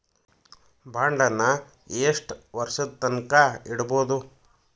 ಬಾಂಡನ್ನ ಯೆಷ್ಟ್ ವರ್ಷದ್ ತನ್ಕಾ ಇಡ್ಬೊದು?